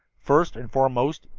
first and foremost,